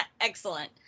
Excellent